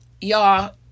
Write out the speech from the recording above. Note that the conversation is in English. Y'all